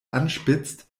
anspitzt